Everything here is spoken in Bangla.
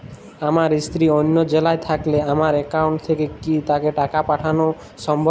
আমার স্ত্রী অন্য জেলায় থাকলে আমার অ্যাকাউন্ট থেকে কি তাকে টাকা পাঠানো সম্ভব?